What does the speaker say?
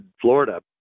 Florida